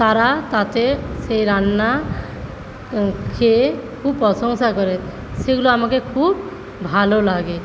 তারা তাতে সেই রান্না খেয়ে খুব প্রশংসা করে সেগুলো আমাকে খুব ভালো লাগে